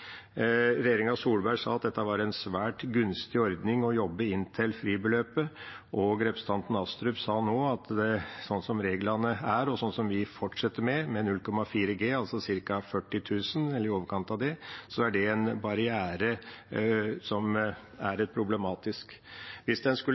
Regjeringa Solberg sa at det var en svært gunstig ordning å jobbe inntil fribeløpet, og representanten Asheim sa nå at sånn reglene er – og sånn vi fortsetter med, med 0,4G, altså ca. 40 000 kr eller i overkant av det – er det en barriere som